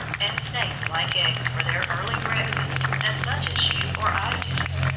and snakes like eggs for their early breakfast as much as you or i do.